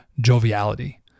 joviality